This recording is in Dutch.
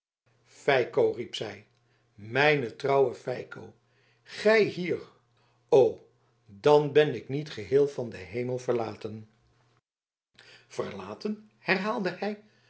feiko riep zij mijn trouwe feiko gij hier o dan ben ik niet geheel van den hemel verlaten verlaten herhaalde hij